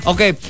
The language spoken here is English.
Okay